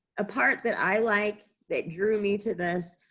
a part that i like, that drew me to this,